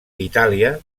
itàlia